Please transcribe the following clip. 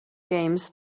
games